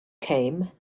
came